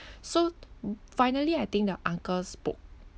so finally I think the uncle spoke